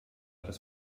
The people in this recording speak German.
das